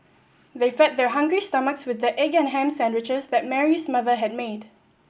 they fed their hungry stomachs with the egg and ham sandwiches that Mary's mother had made